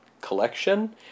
collection